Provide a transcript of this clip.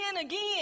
again